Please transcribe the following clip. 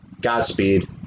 godspeed